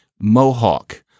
Mohawk